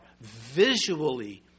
visually